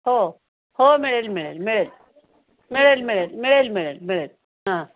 हो हो मिळेल मिळेल मिळेल मिळेल मिळेल मिळेल मिळेल मिळेल हां